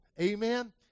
Amen